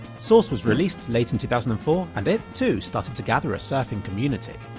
source was released late in two thousand and four and it too started to gather a surfing community.